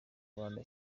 rwanda